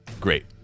Great